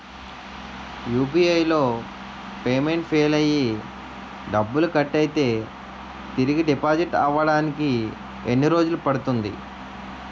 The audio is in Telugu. యు.పి.ఐ లో పేమెంట్ ఫెయిల్ అయ్యి డబ్బులు కట్ అయితే తిరిగి డిపాజిట్ అవ్వడానికి ఎన్ని రోజులు పడుతుంది?